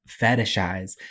fetishize